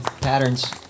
Patterns